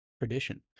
tradition